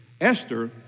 Esther